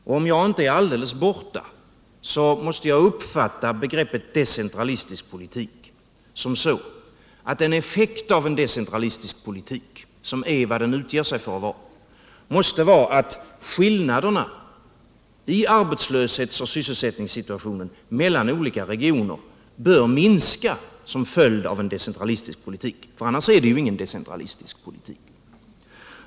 Om jag inte är alldeles borta har jag rätt när jag anser att man måste uppfatta begreppet decentralistisk politik som så att en effekt av en sådan politik, som är vad den utger sig för att vara, måste vara att skillnaderna i arbetslöshetsoch sysselsättningssituationen mellan olika regioner bör minska som följd av en decentralistisk politik — annars är det ingen decentralistisk politik.